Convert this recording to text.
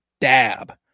dab